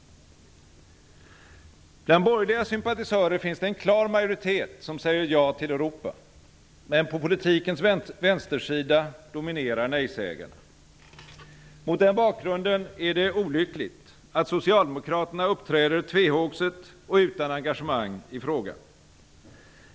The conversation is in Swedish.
Bland borgerliga sympatisörer finns det en klar majoritet som säger ja till Europa. Men på politikens vänstersida dominerar nejsägarna. Mot den bakgrunden är det olyckligt att socialdemokraterna uppträder tvehågset och utan engagemang i frågan.